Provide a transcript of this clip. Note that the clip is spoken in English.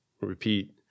repeat